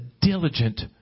diligent